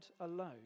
alone